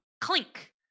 clink